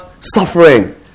suffering